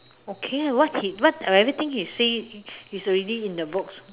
okay ah what he what everything he say is already in the books